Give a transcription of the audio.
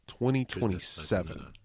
2027